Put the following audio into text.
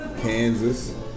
Kansas